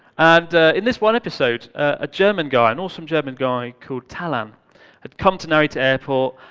in this one episode, a german guy, an awesome german guy called tallam had come to narita airport.